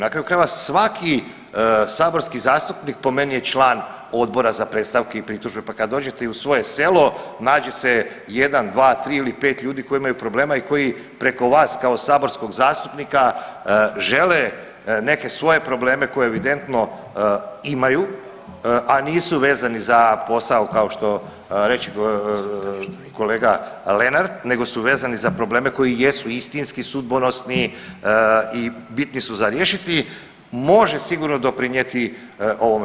Na kraju krajeva svaki saborski zastupnik po meni je član Odbora za predstavke i pritužbe, pa kad dođete i u svoje selo nađe se jedan, dva, tri ili pet ljudi koji imaju problema i koji preko vas kao saborskog zastupnika žele neke svoje probleme koje evidentno imaju, a nisu vezani za posao kao što reče kolega Lenart nego su vezani za probleme koji jesu istinski sudbonosni i bitni su za riješiti, može sigurno doprinijeti ovome.